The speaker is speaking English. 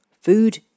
Food